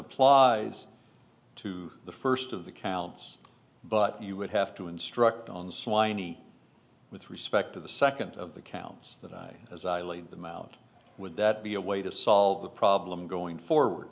applies to the first of the counts but you would have to instruct on swine with respect to the second of the counts as i laid them out would that be a way to solve the problem going forward